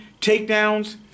takedowns